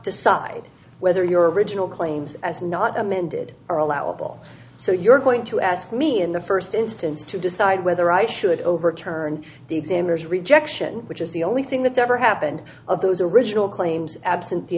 decide whether your original claims as not amended are allowable so you're going to ask me in the first instance to decide whether i should overturn the examiners rejection which is the only thing that's ever happened of those original claims absent